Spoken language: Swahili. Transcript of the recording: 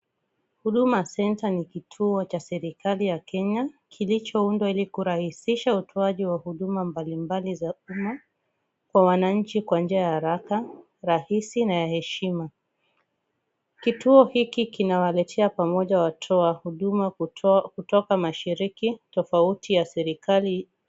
Huduma Centre ni kituo cha serikali ya Kenya kilichoundwa ili kurahisisha utoaji wa huduma mbalimbali za umma kwa wananchi kwa njia ya haraka, rahisi na ya heshima. Kituo hiki kinawaletea pamoja watoa huduma kutoka mashiriki tofauti ya serikali.